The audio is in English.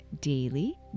daily